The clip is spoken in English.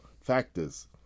factors